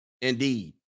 Indeed